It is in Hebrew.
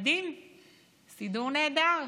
העם מתעורר.